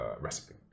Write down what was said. recipe